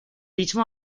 mismo